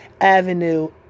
Avenue